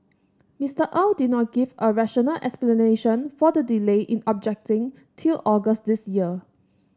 Mister Au did not give a rational explanation for the delay in objecting till August this year